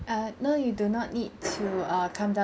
err no you do not need to err come down